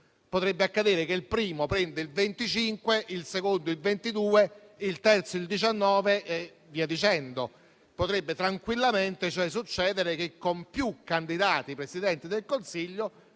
Potrebbe accadere che il primo prenda il 25 per cento, il secondo il 22 per cento, il terzo il 19 per cento e via dicendo. Potrebbe tranquillamente succedere che, con più candidati Presidenti del Consiglio